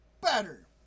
Better